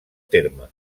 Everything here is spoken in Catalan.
terme